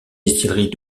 distillerie